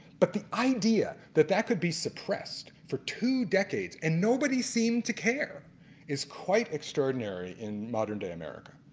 but the idea that that could be suppressed for two decades and nobody seemed to care is quite extraordinary in modern day america.